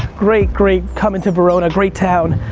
great, great coming to verona, great town,